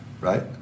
right